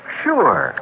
sure